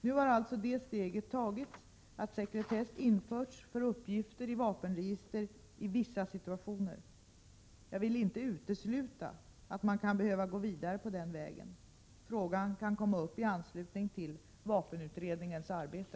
Nu har alltså det steget tagits att sekretess införts för uppgifter i vapenregister i vissa situationer. Jag vill inte utesluta att man kan behöva gå vidare på den vägen. Frågan kan komma upp i anslutning till vapenutredningens arbete .